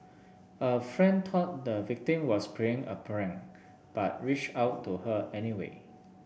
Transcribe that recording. a friend thought the victim was playing a prank but reached out to her anyway